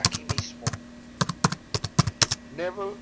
aquí mismo nébel